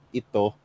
ito